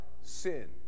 sin